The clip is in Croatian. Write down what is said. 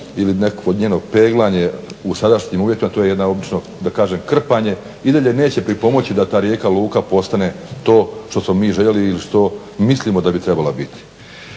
ili nekakvo njeno peglanje u sadašnjim uvjetima to je jedno obično krpanje, i dalje neće pripomoći da ta Rijeka luka postane to što smo mi željeli ili što mislimo da bi trebala biti.